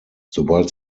sobald